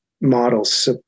models